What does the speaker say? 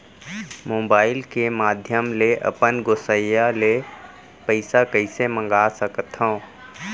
Mobile के माधयम ले अपन गोसैय्या ले पइसा कइसे मंगा सकथव?